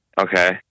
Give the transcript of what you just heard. Okay